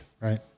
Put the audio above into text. Right